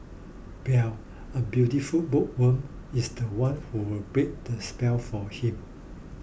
Belle a beautiful bookworm is the one who will break the spell for him